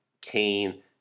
Cain